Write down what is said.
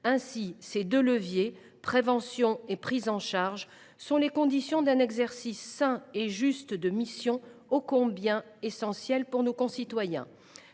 leviers que sont la prévention et la prise en charge sont les conditions d’un exercice sain et juste de missions ô combien essentielles pour nos concitoyens.